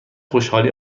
خوشحالی